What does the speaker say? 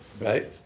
right